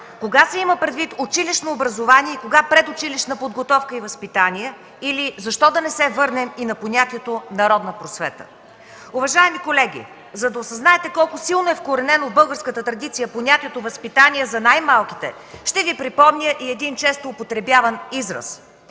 кога се има предвид „училищно образование” и кога „предучилищна подготовка и възпитание”, или защо да не се върнем и на понятието „народна просвета”. Уважаеми колеги, за да осъзнаете колко силно е вкоренено в българската традиция понятието „възпитание за най-малките”, ще Ви припомня и един често употребяван израз: